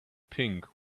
pink